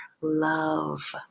love